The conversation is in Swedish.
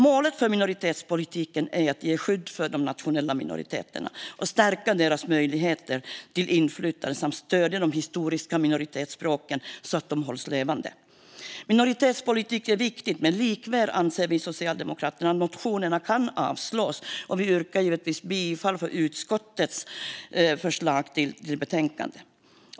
Målet för minoritetspolitiken är att ge skydd för de nationella minoriteterna och stärka deras möjligheter till inflytande samt att stödja de historiska minoritetsspråken så att de hålls levande. Minoritetspolitik är viktigt, men likväl anser vi socialdemokrater att motionerna kan avslås och yrkar bifall till utskottets förslag i betänkandet.